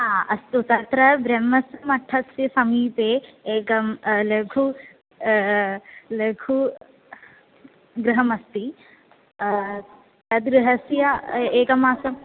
हा अस्तु तत्र ब्रह्मस्य मठस्य समीपे एकं लघु लघु गृहमस्ति तद् गृहस्य एकमासम्